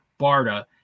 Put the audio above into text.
BARDA